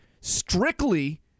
strictly